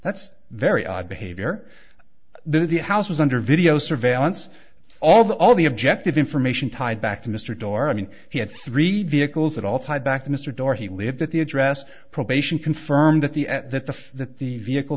that's very odd behavior that the house was under video surveillance although all the objective information tied back to mr door i mean he had three vehicles that all tied back to mr door he lived at the address probation confirmed that the at that the that the vehicle